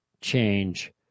change